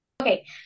Okay